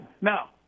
Now